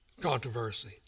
controversy